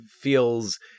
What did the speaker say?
feels